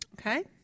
Okay